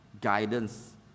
Guidance